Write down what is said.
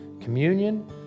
communion